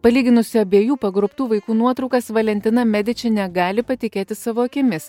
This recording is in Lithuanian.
palyginusi abiejų pagrobtų vaikų nuotraukas valentina mediči negali patikėti savo akimis